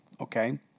Okay